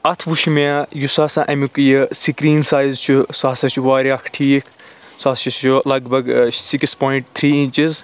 اَتھ وُچھۍ مےٚ یُس ہسا اَمیٛک یہِ سِکریٖن سایِز چھُ سُہ ہسا چھُ واریاہ اکھ ٹھیٖک سُہ ہسا چھُ لَگ بھگ ٲں سِکِس پۄایِنٛٹ تھرٛی ایٖنچٕز